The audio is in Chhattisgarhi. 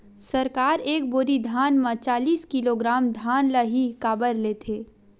सरकार एक बोरी धान म चालीस किलोग्राम धान ल ही काबर लेथे?